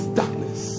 darkness